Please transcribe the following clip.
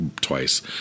twice